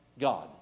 God